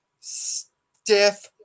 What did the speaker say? stiff